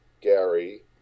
Gary